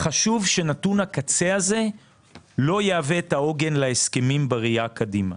חשוב שנתון הקצה הזה לא יהווה את העוגן להסכמים בראייה קדימה.